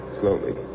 Slowly